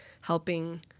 helping